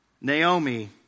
Naomi